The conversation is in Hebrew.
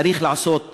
צריך לעשות צדק,